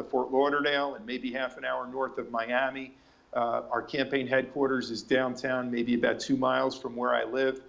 of fort lauderdale and maybe half an hour north of miami our campaign headquarters is downtown maybe about two miles from where i live